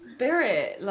Spirit